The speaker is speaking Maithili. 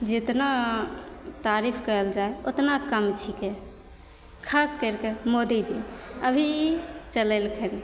जेतना तारीफ करल जाइ ओतना कम छिकै खास करिके मोदीजी अभी चलैलै खाली